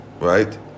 right